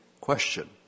question